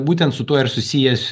būtent su tuo ir susijęs